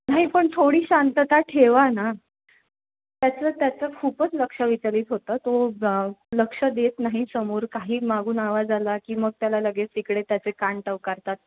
नाही पण थोडी शांतता ठेवा ना त्याचं त्याचं खूपच लक्ष विचलित होतं तो लक्ष देत नाही समोर काही मागून आवाज आला की मग त्याला लगेच इकडे त्याचे कान टवकारतात